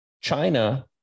China